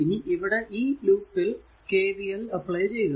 ഇനി ഇവിടെ ഈ ലൂപിൽ KVL അപ്ലൈ ചെയ്യുക